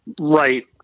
right